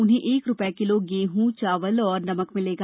उन्हें एक रूपये किलो गेटूं चावल और नमक मिलेगा